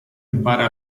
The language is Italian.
impara